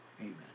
amen